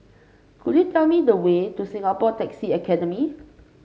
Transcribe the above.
could you tell me the way to Singapore Taxi Academy